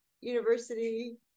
university